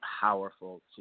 powerful